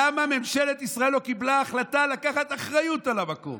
למה ממשלת ישראל לא קיבלה החלטה לקחת אחריות על המקום?